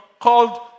called